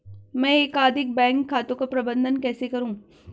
मैं एकाधिक बैंक खातों का प्रबंधन कैसे करूँ?